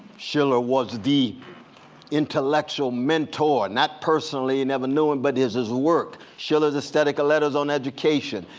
schiller was the intellectual mentor, not personally, he never knew him, but his his work. schiller's aesthetic letters on education,